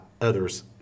others